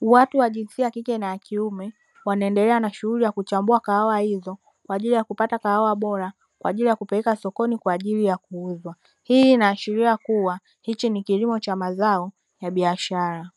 Watu wa jinsia ya kike na ya kiume wanaendelea na shughuli ya kuchambua kahawa hizo kwa ajili ya kupata kahawa bora kwa ajili ya kupelekwa sokoni kwa ajili ya kuuzwa. Hii inaashiria kuwa hiki ni kilimo cha mazao ya biashara.